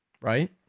right